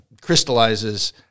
crystallizes